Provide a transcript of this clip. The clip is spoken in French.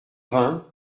vingt